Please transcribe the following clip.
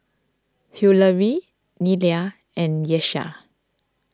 Hillery Nelia and Tyesha